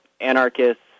anarchists